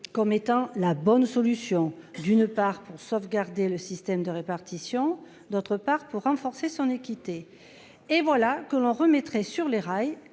comme étant la bonne solution. D'une part pour sauvegarder le système de répartition. D'autre part pour renforcer son équité. Et voilà que l'on remettrait sur les rails